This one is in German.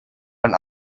und